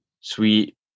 Sweet